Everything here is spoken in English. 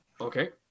Okay